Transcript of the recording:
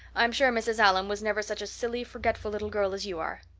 i'm sure mrs. allan was never such a silly, forgetful little girl as you are.